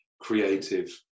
creative